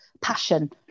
passion